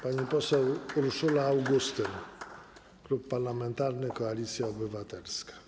Pani poseł Urszula Augustyn, Klub Parlamentarny Koalicja Obywatelska.